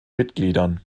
mitgliedern